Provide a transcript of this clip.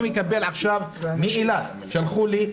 אני מקבל עכשיו שאלה ששלחו לי,